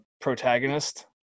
protagonist